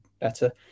better